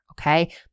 Okay